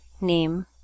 name